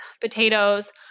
potatoes